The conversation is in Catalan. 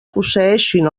posseeixin